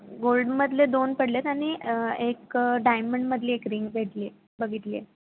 गोल्डमधले दोन पडलेत आणि एक डायमंडमधली एक रिंग भेटली आहे बघितली आहे